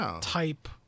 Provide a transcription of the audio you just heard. type